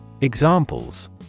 Examples